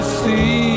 see